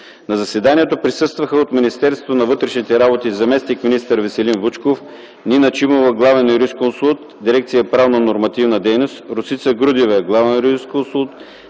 На заседанието присъстваха от Министерството на вътрешните работи: заместник-министър Веселин Вучков, Нина Чимова – главен юрисконсулт, Дирекция „Правно-нормативна дейност”, Росица Грудева – главен юрисконсулт,